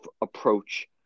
approach